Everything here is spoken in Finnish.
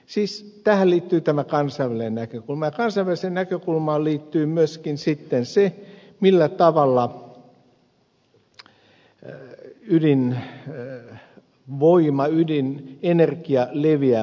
siis tähän liittyy tämä kansainvälinen näkökulma ja kansainväliseen näkökulmaan liittyy myöskin sitten se millä tavalla ydinvoima ydinenergia leviää maapallolla